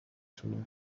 تونه